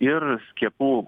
ir skiepų